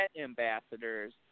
ambassadors